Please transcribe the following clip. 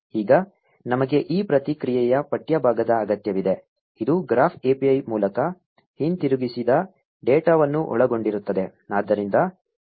ಈಗ ನಮಗೆ ಈ ಪ್ರತಿಕ್ರಿಯೆಯ ಪಠ್ಯ ಭಾಗದ ಅಗತ್ಯವಿದೆ ಇದು ಗ್ರಾಫ್ API ಮೂಲಕ ಹಿಂತಿರುಗಿಸಿದ ಡೇಟಾವನ್ನು ಒಳಗೊಂಡಿರುತ್ತದೆ